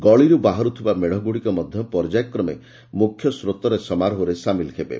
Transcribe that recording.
ଗଳିରୁ ବାହାରୁଥିବା ମେଢ଼ଗୁଡ଼ିକ ମଧ୍ଧ ପର୍ଯ୍ୟାୟ କ୍ରମେ ମୁଖ୍ୟ ସ୍ରୋତ ସମାରୋହରେ ସାମିଲ ହେବେ